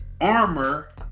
armor